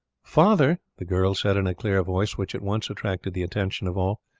father, the girl said in a clear voice, which at once attracted the attention of all,